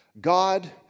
God